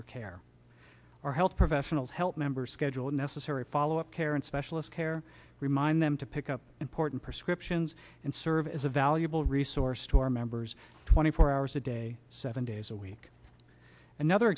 their care or health professionals help members schedule unnecessary follow up care and specialist care remind them to pick up important prescriptions and serve as a valuable resource to our members twenty four hours a day seven days a week another